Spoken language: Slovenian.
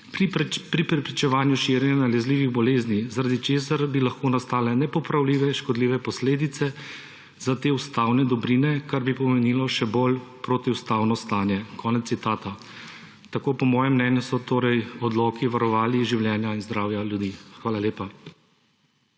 pri preprečevanju širjenja nalezljivih bolezni, zaradi česar bi lahko nastale nepopravljive škodljive posledice za te ustavne dobrine, kar bi pomenilo še bolj protiustavno stanje«. Konec citata. Tako po mojem mnenju so torej odloki varovali življenja in zdravje ljudi. Hvala lepa.